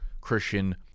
Christian